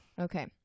Okay